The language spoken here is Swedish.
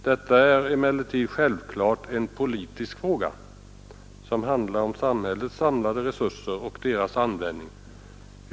Detta är emellertid självfallet en politisk fråga, som handlar om samhällets samlade resurser och deras användning.